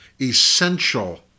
essential